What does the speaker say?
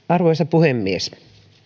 arvoisa puhemies